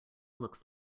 looks